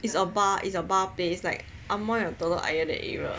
is a bar is a bar place like Amoy Telok Ayer that area